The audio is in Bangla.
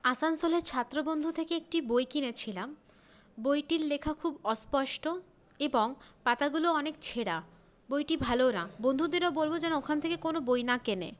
আসানসোলের ছাত্রবন্ধু থেকে একটি বই কিনেছিলাম বইটির লেখা খুব অস্পষ্ট এবং পাতাগুলো অনেক ছেঁড়া বইটি ভালো না বন্ধুদেরও বলব যেন ওখান থেকে কোনও বই না কেনে